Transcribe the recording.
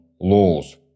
laws